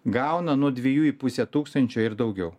gauna nuo dviejų į pusę tūkstančio ir daugiau